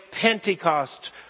Pentecost